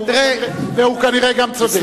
והוא כנראה גם צודק.